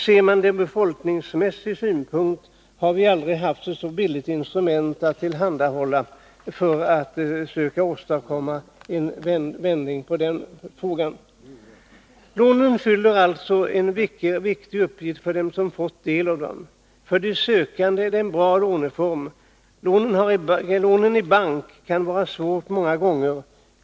Ser man saken ur befolkningsmässig synpunkt, kan man konstatera att vi aldrig haft ett så billigt instrument att tillhandahålla när det gällt att försöka åstadkomma en vändning i frågan. Lånen fyller alltså en viktig uppgift för de människor som fått del av dem. För de sökande är det en bra låneform. Att få lån i bank kan vara svårt många gånger.